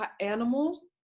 animals